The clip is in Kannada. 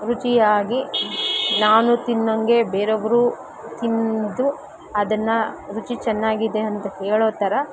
ರುಚಿಯಾಗಿ ನಾನು ತಿನ್ನೋಂಗೆ ಬೇರೊಬ್ರು ತಿಂದು ಅದನ್ನು ರುಚಿ ಚೆನ್ನಾಗಿದೆ ಅಂತ ಹೇಳೋ ತರ